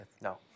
No